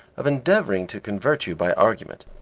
of endeavouring to convert you by argument.